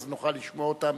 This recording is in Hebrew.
אז נוכל לשמוע אותם